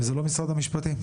זה לא משרד המשפטים?